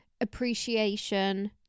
appreciation